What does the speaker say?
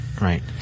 right